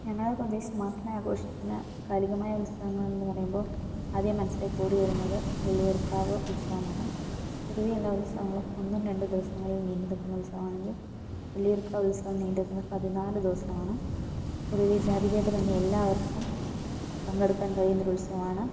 ഞങ്ങളുടെ പ്രദേശത്തു മാത്രമായി ആഘോഷിക്കുന്ന കാലികമായ ഉത്സവങ്ങൾ എന്നു പറയുമ്പോൾ ആദ്യം മനസ്സിലേക്ക് ഓടിവരുന്നത് വള്ളിയൂർക്കാവ് ഉത്സവമാണ് പൊതുവെ എല്ലാ ഉത്സവങ്ങളും ഒന്നും രണ്ടും ദിവസങ്ങളിൽ നീണ്ടു നിൽക്കുന്ന ഉത്സവമാണെങ്കിൽ വള്ളിയൂർക്കാവ് ഉത്സവം നീണ്ടു നിൽക്കുന്നത് പതിനാല് ദിവസമാണ് പൊതുവെ ജാതിഭേദമന്യേ എല്ലാവർക്കും പങ്കെടുക്കാൻ കഴിയുന്ന ഒരു ഉത്സവമാണ്